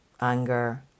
anger